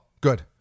Good